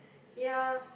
ya